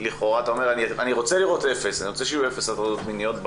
הרי אנחנו רוצים שיהיו אפס הטרדות מיניות,